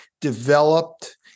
developed